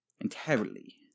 Entirely